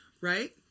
Right